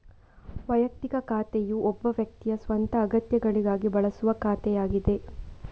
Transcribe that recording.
ವೈಯಕ್ತಿಕ ಖಾತೆಯು ಒಬ್ಬ ವ್ಯಕ್ತಿಯ ಸ್ವಂತ ಅಗತ್ಯಗಳಿಗಾಗಿ ಬಳಸುವ ಖಾತೆಯಾಗಿದೆ